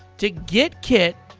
to get kit,